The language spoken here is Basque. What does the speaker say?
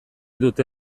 dute